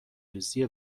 ریزی